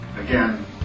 again